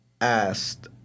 asked